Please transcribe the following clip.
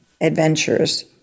adventures